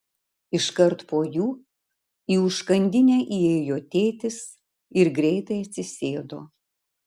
iškart po jų į užkandinę įėjo tėtis ir greitai atsisėdo